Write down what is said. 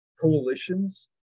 coalitions